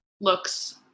looks